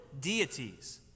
deities